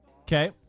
Okay